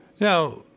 Now